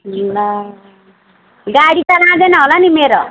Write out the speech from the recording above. ए ला गाडी त लाँदैन होला नि मेरो